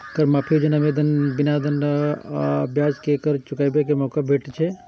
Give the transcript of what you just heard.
कर माफी योजना मे बिना दंड आ ब्याज के कर चुकाबै के मौका भेटै छै